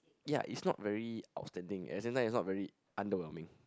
ya it's not very outstanding at the same time it's not very underwhelming